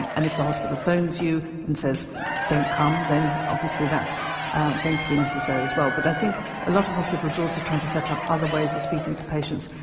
and and if the hospital phones you and says don't come, then obviously that's going to be necessary as well. but i think a lot of hospitals are also trying to set up other ways of speaking to patients,